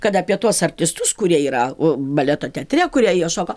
kad apie tuos artistus kurie yra o baleto teatre kurie jie šoka